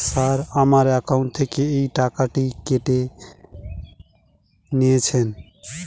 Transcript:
Sir আমার account থেকে এই টাকাটি কেন কেটে নিয়েছেন?